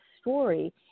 story